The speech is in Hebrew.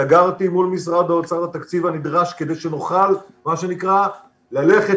סגרתי מול משרד האוצר את התקציב הנדרש כדי שנוכל מה שנקרא ללכת